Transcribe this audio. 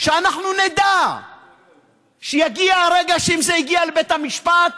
שאנחנו נדע שיגיע הרגע שאם זה יגיע לבית המשפט,